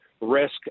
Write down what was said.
risk